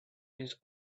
means